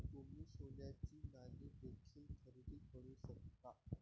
तुम्ही सोन्याची नाणी देखील खरेदी करू शकता